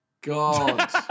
God